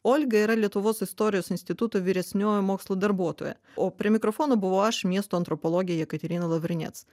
olga yra lietuvos istorijos instituto vyresnioji mokslo darbuotoja o prie mikrofono buvo aš miesto antropologė jekaterina lavrinec